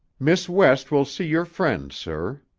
miss west will see your friend, sir.